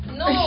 no